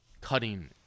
cutting